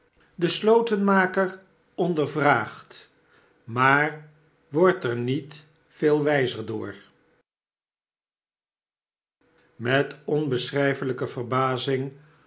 de slotenmaker onder vraact maar wordt er niet veel wijzer door met onbeschrijfelijke verbazing